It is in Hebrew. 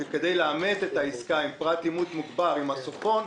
כדי לאמת את העסקה עם פרט אימות מוגבר עם מסופון,